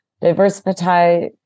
diversify